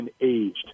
aged